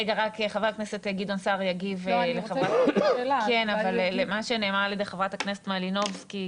חבר הכנסת גדעון סער יגיב למה שנאמר על ידי חברת הכנסת מלינובסקי,